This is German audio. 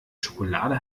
schokolade